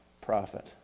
profit